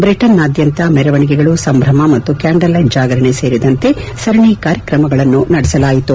ಬ್ರಿಟನ್ನಾದ್ಯಂತ ಮೆರವಣಿಗೆಗಳು ಸಂಭ್ರಮ ಮತ್ತು ಕ್ಯಾಂಡಲ್ಲೈಟ್ ಜಾಗರಣೆ ಸೇರಿದಂತೆ ಸರಣಿ ಕಾರ್ಯಕ್ರಮಗಳನ್ನು ನಡೆಸಲಾಯಿತು